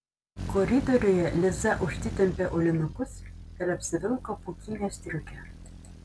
koridoriuje liza užsitempė aulinukus ir apsivilko pūkinę striukę